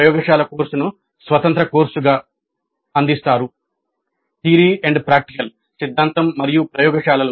ప్రయోగశాల కోర్సును స్వతంత్ర కోర్సుగా అందిస్తారు